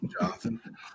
Jonathan